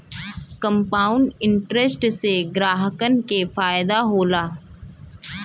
compound interest से ग्राहकन के फायदा होला